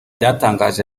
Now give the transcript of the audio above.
byatangaje